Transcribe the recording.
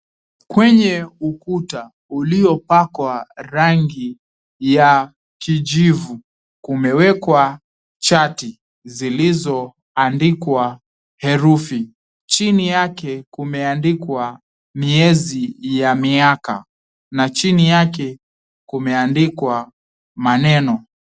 Kwenye ukuta uliopakwa rangi ya kijivu kumewekwa chati zilizoandikwa herufi. Chini yake kimeandikwa miezi ya miaka na chini yake kumeandikwa maneno.